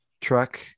truck